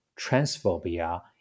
transphobia